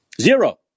Zero